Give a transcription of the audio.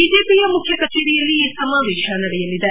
ಬಿಜೆಪಿಯ ಮುಖ್ಯ ಕಜೇರಿಯಲ್ಲಿ ಈ ಸಮಾವೇತ ನಡೆಯಲಿದೆ